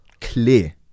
Clear